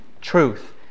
truth